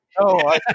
No